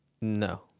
no